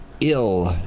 ill